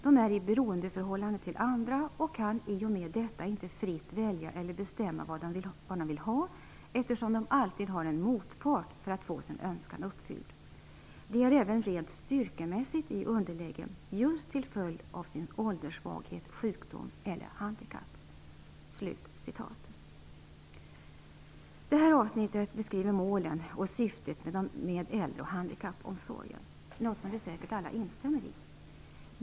De är i beroendeförhållande till andra och kan i och med detta inte fritt välja eller bestämma vad de vill ha eftersom de alltid har en motpart för att få sin önskan uppfylld. De är även rent styrkemässigt i underläge just till följd av sin ålderssvaghet, sjukdom eller handikapp." Det här avsnittet beskriver målen och syftet med äldre och handikappomsorgen - något som vi säkert alla instämmer i.